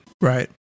right